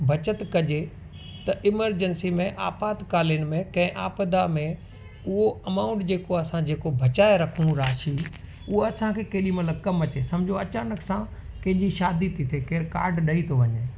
बचति कजे त इमरजेंसी में आपातकालीन में कंहिं आपदा में उहो अमाउंट जेको असां जेको बचाए रखूं राशी उहो असांखे केॾीमहिल कमु अचे सम्झो अचानक सां कंहिंजी शादी थी थिए केरु कार्ड ॾेई थो वञे